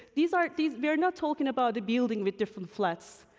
these aren't these, we are not talking about the building with different flats,